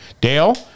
Dale